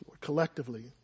collectively